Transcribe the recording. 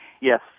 Yes